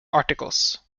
articles